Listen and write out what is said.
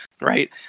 right